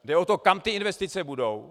Jde o to, kam ty investice budou.